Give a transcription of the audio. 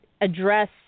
address